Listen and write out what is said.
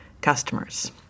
customers